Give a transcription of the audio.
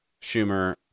Schumer